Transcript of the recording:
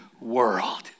world